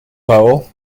bowl